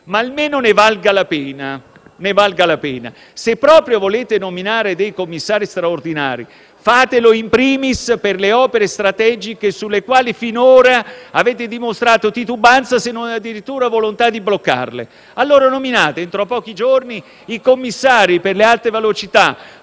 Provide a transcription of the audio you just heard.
Ma almeno ne valga la pena. Se proprio volete nominare dei commissari straordinari, fatelo *in primis* per le opere strategiche sulle quali finora avete dimostrato titubanza, se non addirittura volontà di bloccarle. Nominate allora entro pochi giorni i commissari per le alte velocità